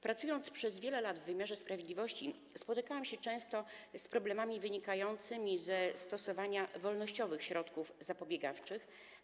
Pracując przez wiele lat w wymiarze sprawiedliwości, spotykałam się często z problemami wynikającymi ze stosowania wolnościowych środków zapobiegawczych.